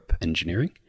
Engineering